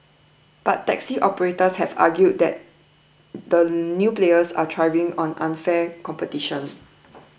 but taxi operators have argued that the new players are thriving on unfair competition